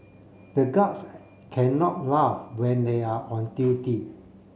the guards can not laugh when they are on duty